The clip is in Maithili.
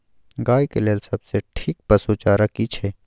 गाय के लेल सबसे ठीक पसु चारा की छै?